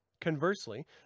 Conversely